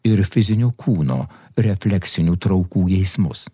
ir fizinio kūno refleksinių traukų geismus